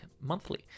monthly